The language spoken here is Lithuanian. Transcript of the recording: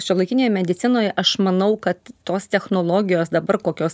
šiuolaikinėje medicinoje aš manau kad tos technologijos dabar kokios